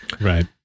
right